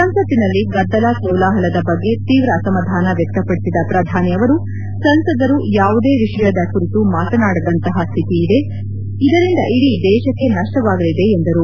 ಸಂಸತ್ತಿನಲ್ಲಿ ಗದ್ದಲ ಕೋಲಾಹಲದ ಬಗ್ಗೆ ತೀವ್ರ ಅಸಮಾಧಾನ ವ್ಯಕ್ತಪಡಿಸಿದ ಪ್ರಧಾನಿ ಅವರು ಸಂಸದರು ಯಾವುದೇ ವಿಷಯದ ಕುರಿತು ಮಾತನಾಡದಂತಹ ಸ್ತಿತಿ ಇದೆ ಇದರಿಂದ ಇಡೀ ದೇಶಕ್ಕೆ ನಷ್ಟವಾಗಲಿದೆ ಎಂದರು